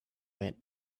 witt